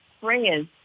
friends